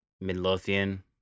Midlothian